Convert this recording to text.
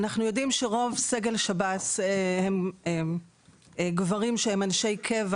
אנחנו יודעים שרוב סגל שב"ס הם גברים שהם אנשי קבע,